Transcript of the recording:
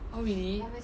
oh really